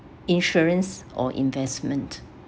insurance or investment